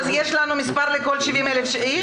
אז יש לנו מספר לכל ה-70,000 איש?